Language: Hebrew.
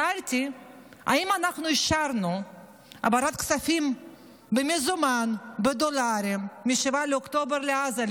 שאלתי אם אנחנו אישרנו העברת כספים במזומן בדולרים מ-7 באוקטובר לעזה,